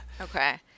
Okay